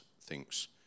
thinks